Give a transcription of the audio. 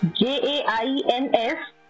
J-A-I-N-S